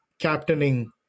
captaining